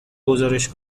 گزارش